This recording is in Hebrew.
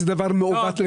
זה דבר מעוות לגמרי.